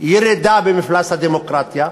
וירידה במפלס הדמוקרטיה.